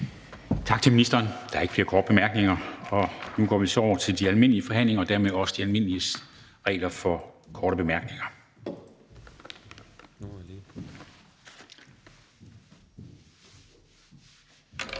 Tak til ministeren. Der er ikke flere korte bemærkninger. Og nu går vi så over til de almindelige forhandlinger og dermed også de almindelige regler for korte bemærkninger.